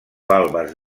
valves